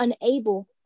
unable